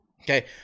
Okay